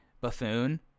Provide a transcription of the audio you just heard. buffoon